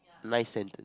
nice scented